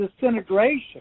disintegration